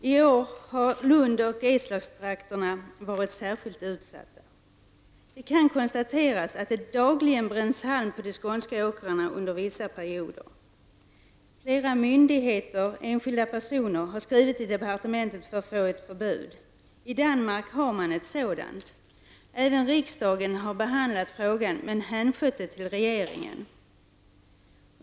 I år har trakterna kring Lund och Eslöv varit särskilt utsatta. Det kan konstateras att det dagligen bränns halm på de skånska åkrarna under vissa perioder. Flera myndigheter och enskilda personer har skrivit till departementet för att få ett förbud. I Danmark har man ett sådant. Även riksdagen har behandlat frågan, men hänskjutit den till regeringen.